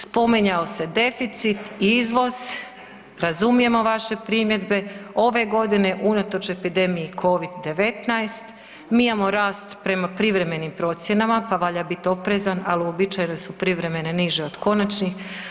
Spominjao se deficit, izvoz, razumijemo vaše primjedbe, ove godine unatoč epidemiji Covid-19 mi imamo rast prema privremenim procjenama pa valja biti oprezan, ali uobičajeno su privremene niže od konačnih.